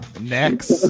Next